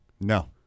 No